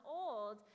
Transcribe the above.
old